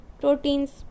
proteins